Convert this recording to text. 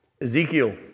Ezekiel